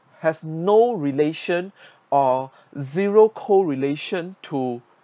has no relation or zero co-relation to